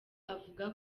avuga